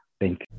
Thank